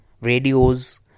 radios